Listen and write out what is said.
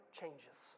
changes